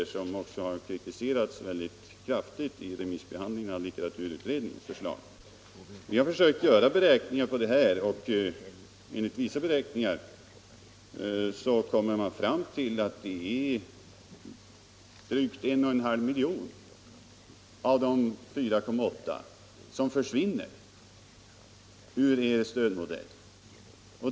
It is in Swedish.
Förslaget har också kritiserats kraftigt Vi har försökt göra beräkningar på detta. Enligt dessa kommer man fram till att drygt 1,5 miljoner av de 4,8 miljonerna försvinner i er stödmodell.